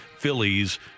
Phillies